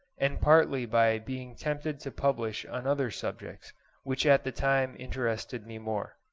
and partly by being tempted to publish on other subjects which at the time interested me more.